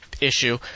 issue